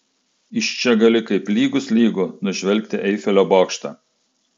iš čia gali kaip lygus lygų nužvelgti eifelio bokštą